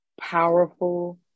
powerful